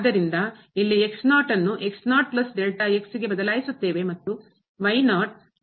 ಆದ್ದರಿಂದ ಇಲ್ಲಿ ಗೆ ಬದಲಾಯಿಸುತ್ತೇವೆ ಮತ್ತು ನಾವು ಬದಲಾಯಿಸುತ್ತಿಲ್ಲ